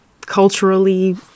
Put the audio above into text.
culturally